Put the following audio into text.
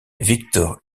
victor